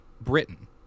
Britain